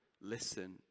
listen